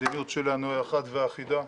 המדיניות שלנו היא אחת ואחידה,